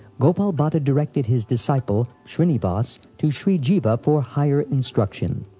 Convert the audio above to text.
gopal bhatta directed his disciple shrinivas to shri jiva for higher instruction.